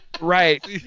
Right